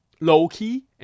low-key